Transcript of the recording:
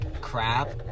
crap